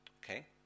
Okay